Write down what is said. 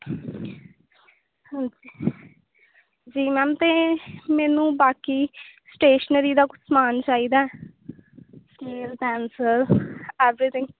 ਜੀ ਮੈਮ ਅਤੇਂ ਮੈਨੂੰ ਬਾਕੀ ਸਟੇਸ਼ਨਰੀ ਦਾ ਕੁਝ ਸਮਾਨ ਚਾਹੀਦਾ ਏ ਸਕੇਲ ਪੈਨਸਿਲ ਐਵਰੀਥਿੰਗ